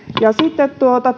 ja sitten